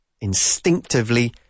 instinctively